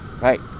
Right